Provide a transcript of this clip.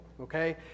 okay